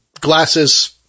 glasses